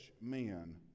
men